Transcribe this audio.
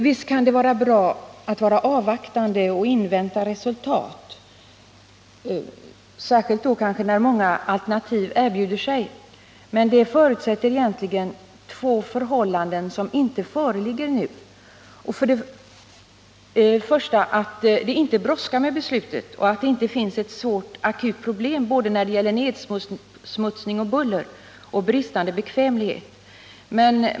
Visst kan det vara bra att vara avvaktande och invänta resultat, kanske särskilt då många alternativ erbjuder sig. Men det förutsätter egentligen två förhållanden som inte föreligger nu. För det första får det inte brådska med beslutet och inte finnas några svåra, akuta problem i fråga om nedsmutsning, buller och bristande bekvämlighet.